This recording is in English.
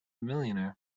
millionaire